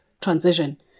transition